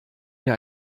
wir